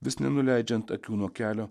vis nenuleidžiant akių nuo kelio